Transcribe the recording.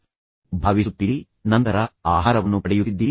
ಅಂತಹ ರೀತಿಯ ಭಾಷೆಯನ್ನು ಬಳಸಿಕೊಂಡು ಸಂಘರ್ಷದಲ್ಲಿ ತೊಡಗುತ್ತಾರೆ